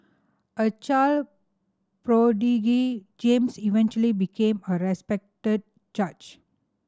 a child prodigy James eventually became a respected judge